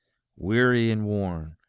weary and worn,